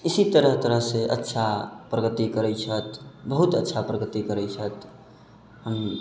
इसी तरह तरहसँ अच्छा प्रगति करैत छथि बहुत अच्छा प्रगति करैत छथि